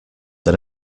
than